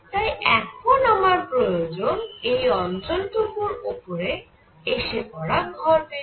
তাই এখন আমার প্রয়োজন এই অঞ্চল টুকুর উপরে এসে পড়া ভরবেগ